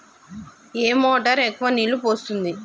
ఏ motor ఎక్కువ నీళ్లు పోస్తుంది?